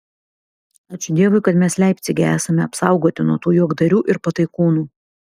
ačiū dievui kad mes leipcige esame apsaugoti nuo tų juokdarių ir pataikūnų